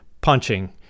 punching